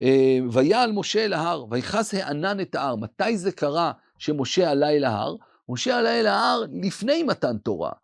ויעל משה אל ההר, ויכס הענן את ההר, מתי זה קרה שמשה עלה אל ההר? משה עלה אל ההר לפני מתן תורה.